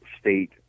state